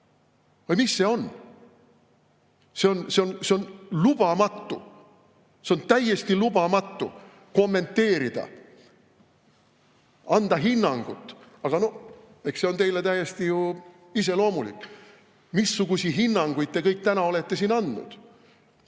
Või mis see on? See on lubamatu! On täiesti lubamatu kommenteerida, anda hinnangut, aga eks see ole ju teile täiesti iseloomulik. Missuguseid hinnanguid te kõik täna olete siin andnud!